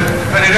הניסיון מראה,